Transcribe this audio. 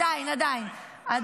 זה היה פעם, מאי, לא רלוונטי.